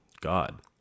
God